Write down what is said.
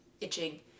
itching